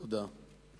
תודה.